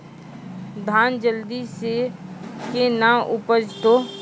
धान जल्दी से के ना उपज तो?